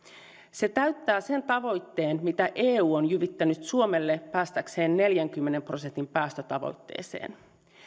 se täyttää sen tavoitteen mitä eu on jyvittänyt suomelle päästäkseen neljänkymmenen prosentin päästötavoitteeseen